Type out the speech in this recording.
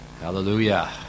Hallelujah